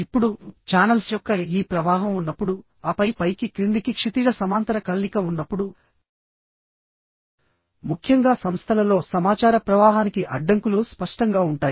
ఇప్పుడుఛానల్స్ యొక్క ఈ ప్రవాహం ఉన్నప్పుడుఆపై పైకి క్రిందికి క్షితిజ సమాంతర కదలిక ఉన్నప్పుడుముఖ్యంగా సంస్థలలో సమాచార ప్రవాహానికి అడ్డంకులు స్పష్టంగా ఉంటాయి